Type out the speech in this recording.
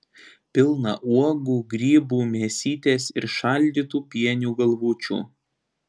pilną uogų grybų mėsytės ir šaldytų pienių galvučių